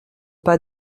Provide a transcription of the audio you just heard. pas